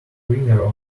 greener